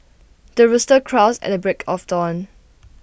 the rooster crows at the break of dawn